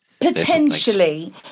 Potentially